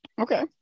Okay